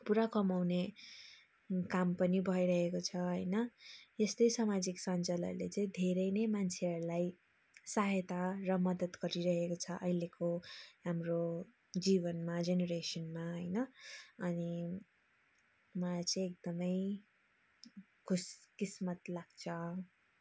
पुरा कमाउने काम पनि भइरहेको छ होइन यस्तै सामाजिक सञ्जालहरूले चै धेरै नै मान्छेहरूलाई सहायता र मदद गरिरहेको छ अहिलेको हाम्रो जीवनमा जेनेरेसनमा होइन अनि मलाई चाहिँ एकदमै खुस किस्मत लाग्छ